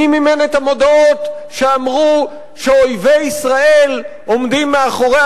מי מימן את ההודעות שאמרו שאויבי ישראל עומדים מאחורי